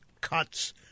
cuts